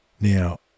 Now